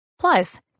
Plus